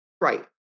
Right